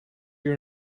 your